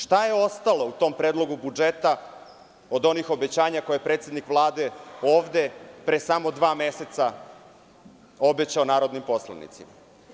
Šta je ostalo u tom predlogu budžeta od onih obećanja koje je predsednik Vlade ovde pre samo dva meseca obećao narodnim poslanicima?